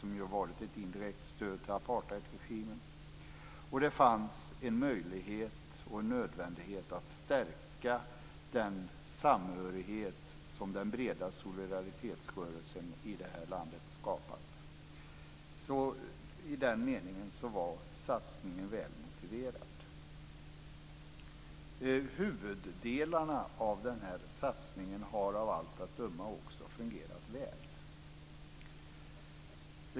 Den har varit ett indirekt stöd till apartheidregimen. Det var möjligt och nödvändigt att stärka den samhörighet som den breda solidaritetsrörelsen här i landet skapat. I den meningen var satsningen väl motiverad. Huvuddelarna av satsningen har av allt att döma också fungerat väl.